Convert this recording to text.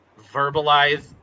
verbalize